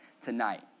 tonight